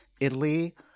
Italy